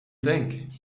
think